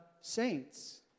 saints